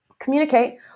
Communicate